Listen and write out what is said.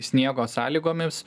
sniego sąlygomis